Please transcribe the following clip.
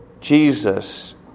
Jesus